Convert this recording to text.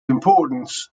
importance